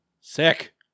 Sick